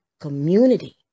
community